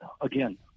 again